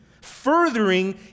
furthering